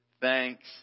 thanks